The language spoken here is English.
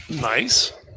Nice